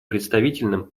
представительным